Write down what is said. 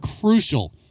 crucial